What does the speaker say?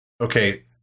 okay